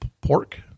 pork